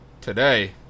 today